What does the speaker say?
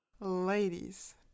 Ladies